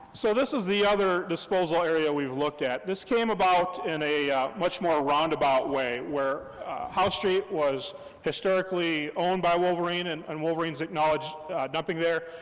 so this is the other disposal area we've looked at. this came about in a much more roundabout way, where house street was historically owned by wolverine, and and wolverine's acknowledged dumping there.